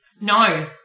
No